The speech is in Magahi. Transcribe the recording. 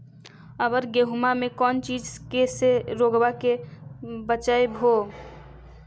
अबर गेहुमा मे कौन चीज के से रोग्बा के बचयभो?